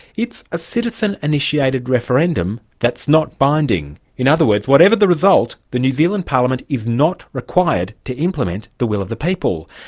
it's a citizen-initiated referendum that's not binding. in other words, whatever the result, the new zealand parliament is not required to implement the will of the people.